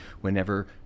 whenever